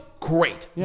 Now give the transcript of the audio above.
Great